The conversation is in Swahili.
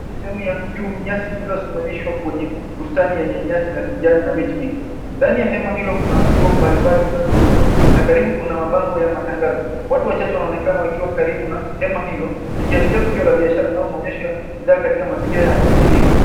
Sehemu ya juu ya nyasi lililosimamishwa kwenye bustani yenye nyasi ya kijani na miti mingi. Ndani ya hema hiyo kuna nguo mbali mbali zinazouzwa na karibu kuna mabango ya matangazo. Watu wachache wanaonekana kuwa ndani ya hema hilo, likiashiria tukio la biasharavaau maonyesho ya bidhaa katika mazingira ya asili.